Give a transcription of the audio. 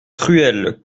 cruel